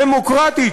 דמוקרטית,